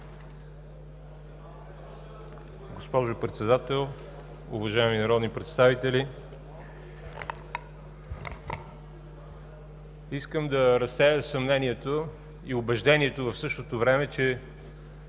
Госпожо Председател, уважаеми народни представители! Искам да разсея съмнението и убеждението в същото време, че